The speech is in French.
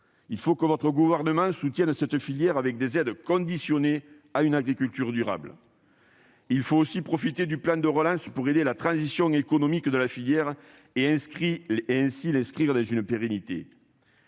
il faut que votre gouvernement soutienne cette filière par des aides conditionnées à la pratique d'une agriculture durable ; il faut enfin profiter du plan de relance pour aider la transition économique de la filière et ainsi l'inscrire dans la pérennité.